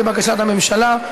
לבקשת הממשלה.